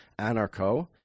anarcho